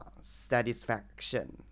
satisfaction